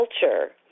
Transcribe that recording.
culture